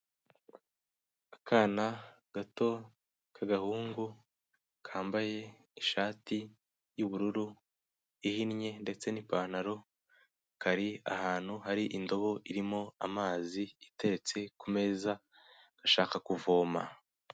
Akana gato k'agahungu, kambaye ishati y'ubururu, ihinnye ndetse n'ipantaro, kari ahantu hari indobo irimo amazi itetse ku meza, gashaka kuvoma.